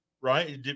Right